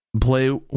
play